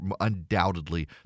Undoubtedly